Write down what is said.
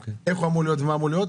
איך הוא אמור להיות ומה אמור להיות.